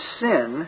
sin